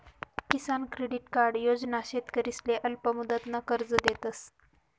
किसान credit card योजना शेतकरीसले अल्पमुदतनं कर्ज देतस